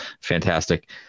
Fantastic